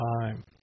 time